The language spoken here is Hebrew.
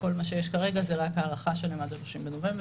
כל מה שיש כרגע זה רק הארכה שלהן עד ל-30 בנובמבר.